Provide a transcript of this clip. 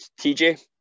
TJ